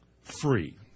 free